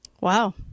Wow